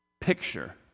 picture